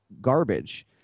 garbage